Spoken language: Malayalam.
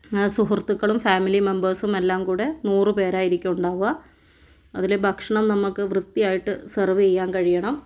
സുഹൃത്തുക്കളും ഫാമിലി മെമ്പേഴ്സും എല്ലാം കൂടി നൂറ് പേരായിരിക്കും ഉണ്ടാവുക അതിൽ ഭക്ഷണം നമ്മൾക്ക് വൃത്തിയായിട്ട് സെർവ്വ് ചെയ്യാൻ കഴിയണം